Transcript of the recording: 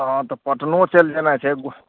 हँ तऽ पटनो चलि जेनाइ छै